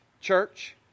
church